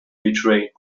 betrayed